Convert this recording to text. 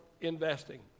investing